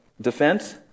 defense